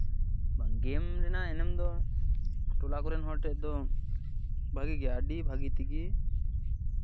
ᱜᱮᱢ ᱨᱮᱭᱟᱜ ᱮᱱᱮᱢ ᱫᱚ ᱴᱚᱞᱟ ᱠᱚᱨᱮᱱ ᱦᱚᱲ ᱴᱷᱮᱱ ᱫᱚ ᱵᱷᱟᱹᱜᱤ ᱜᱮᱭᱟ ᱟᱹᱰᱤ ᱵᱷᱟᱹᱜᱤ ᱛᱮᱜᱮ